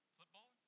Football